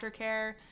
aftercare